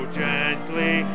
gently